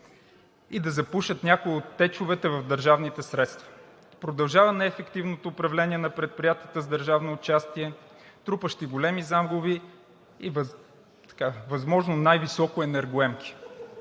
и да запушат някои от течовете в държавните средства. Продължава неефективното управление на предприятията с държавно участие, трупащи големи загуби и възможно най-високо енергоемки.